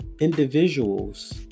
individuals